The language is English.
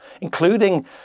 including